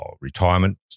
retirement